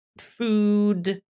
food